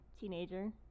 Teenager